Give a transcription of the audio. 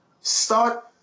start